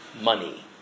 money